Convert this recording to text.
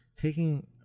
taking